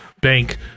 Bank